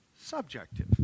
subjective